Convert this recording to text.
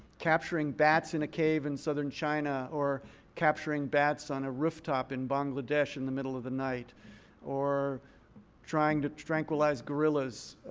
capturing bats in a cave in southern china or capturing bats on a rooftop in bangladesh in the middle of the night or trying to tranquilize gorillas